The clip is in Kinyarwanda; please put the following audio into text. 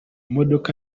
modoka